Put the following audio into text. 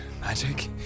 Magic